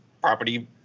property